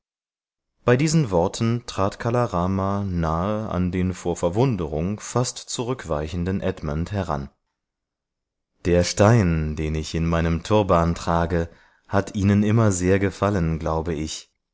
bei diesen worten trat kala rama nahe an den vor verwunderung fast zurückweichenden edmund heran der stein den ich in meinem turban trage hat ihnen immer sehr gefallen glaube ich